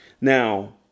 Now